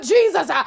Jesus